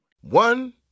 One